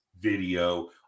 video